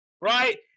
right